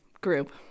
group